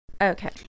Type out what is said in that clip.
Okay